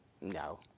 No